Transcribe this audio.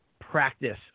practice